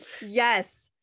Yes